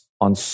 on